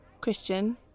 Christian